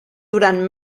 durant